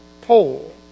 pole